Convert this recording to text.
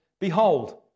Behold